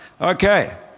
Okay